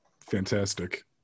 fantastic